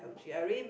she already make